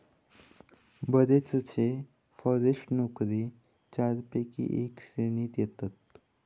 बरेचशे फॉरेस्ट्री नोकरे चारपैकी एका श्रेणीत येतत